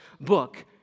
book